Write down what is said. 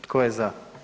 Tko je za?